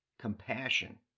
compassion